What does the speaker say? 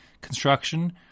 construction